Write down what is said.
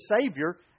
Savior